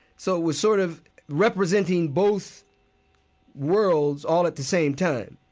so it was sort of representing both worlds all at the same time,